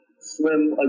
swim